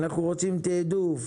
אנחנו רוצים תיעדוף,